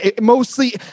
mostly